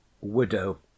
Widow